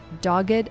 Dogged